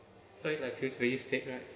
so it like feels very fake right